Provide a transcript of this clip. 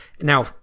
Now